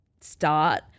start